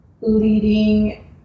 leading